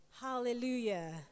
Hallelujah